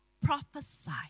prophesy